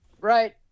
Right